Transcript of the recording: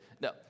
no